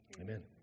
Amen